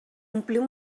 ompliu